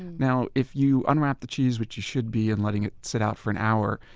now if you unwrap the cheese, which you should be, and letting it sit out for an hour,